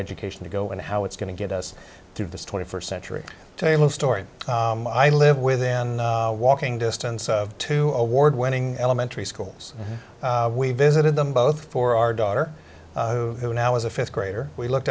education to go and how it's going to get us through this twenty first century table story i live within walking distance of two award winning elementary schools we visited them both for our daughter who now is a fifth grader we looked